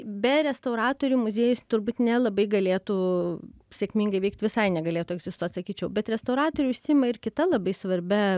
be restauratorių muziejus turbūt nelabai galėtų sėkmingai veikt visai negalėtų egzistuot sakyčiau bet restauratoriai užsiima ir kita labai svarbia